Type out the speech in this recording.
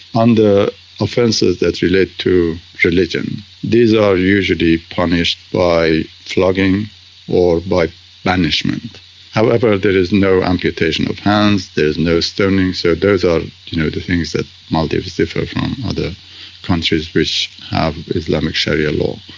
under offences that relate to religion, these are usually punished by flogging or by banishment however, there is no amputation of hands, there's no stoning, so those are you know the things that maldives differ from um other countries which have islamic sharia law.